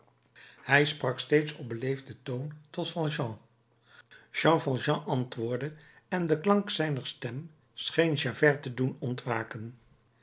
hij sprak steeds op beleefden toon tot valjean jean valjean antwoordde en de klank zijner stem scheen javert te doen ontwaken